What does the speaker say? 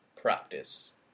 practice